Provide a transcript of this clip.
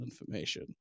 information